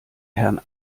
herrn